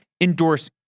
endorse